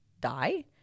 die